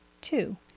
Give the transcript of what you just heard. Two